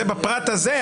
זה בפרט הזה,